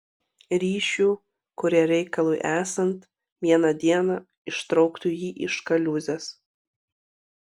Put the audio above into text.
ryšių kurie reikalui esant vieną dieną ištrauktų jį iš kaliūzės